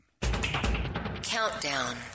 Countdown